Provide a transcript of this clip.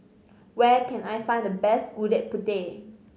where can I find the best Gudeg Putih